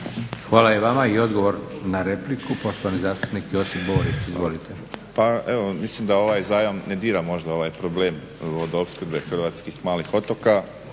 Hvala i vama. I odgovor na repliku, poštovani Josip Borić. Izvolite. **Borić, Josip (HDZ)** Pa, evo mislim da ovaj zajam ne dira možda ovaj problem vodoopskrbe Hrvatskih malih otoka.